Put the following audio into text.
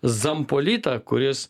zampolitą kuris